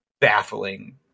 baffling